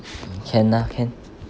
can lah can